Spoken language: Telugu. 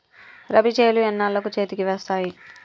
రబీ చేలు ఎన్నాళ్ళకు చేతికి వస్తాయి?